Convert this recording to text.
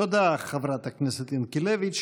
תודה, חברת הכנסת ינקלביץ'.